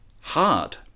hard